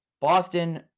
Boston